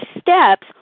steps